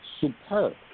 superb